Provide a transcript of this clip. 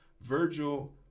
Virgil